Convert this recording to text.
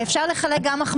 כשצריך אפשר גם לחלק מחמאות.